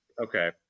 okay